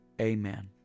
Amen